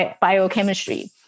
biochemistry